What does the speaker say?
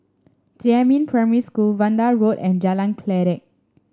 Jiemin Primary School Vanda Road and Jalan Kledek